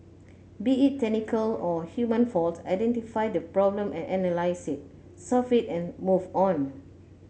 be it technical or human fault identify the problem and analyse it solve it and move on